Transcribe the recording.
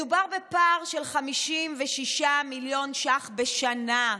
מדובר בפער של 56 מיליון ש"ח בשנה,